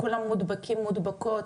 כולם מודבקים ומודבקות,